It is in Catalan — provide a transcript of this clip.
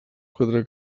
quatre